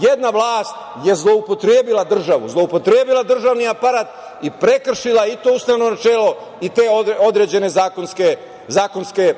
jedna vlast je zloupotrebila državu, zloupotrebila državni aparat i prekršila i to ustavno načelo i te određene zakonske